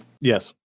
Yes